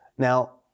Now